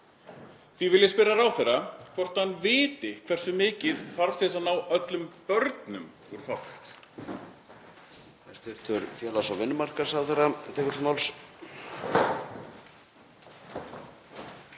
Því vil ég spyrja ráðherra hvort hann viti hversu mikið þarf til að ná öllum börnum úr fátækt.